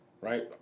right